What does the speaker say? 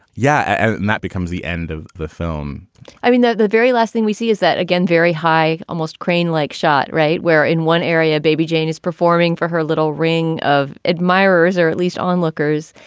yeah. and and that becomes the end of the film i mean, that the very last thing we see is that, again, very high, almost crane like shot right where in one area baby jane is performing for her little ring of admirers or at least onlookers,